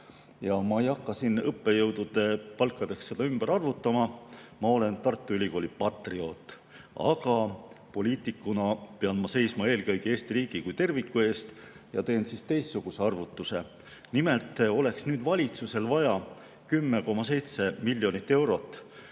Ma ei hakka seda siin õppejõudude palkadeks ümber arvutama. Ma olen Tartu Ülikooli patrioot, aga poliitikuna pean ma seisma eelkõige Eesti riigi kui terviku eest ja teen teistsuguse arvutuse. Nimelt oleks nüüd valitsusel vaja 10,7 miljonit eurot,